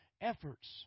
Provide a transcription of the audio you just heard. efforts